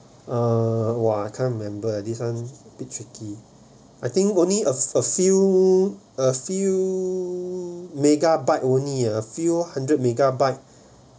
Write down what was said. uh !wah! I can't remember this one bit tricky I think only a a few few a few mega byte only ah a few hundred megabyte